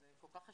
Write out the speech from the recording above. שהוא כל כך חשוב.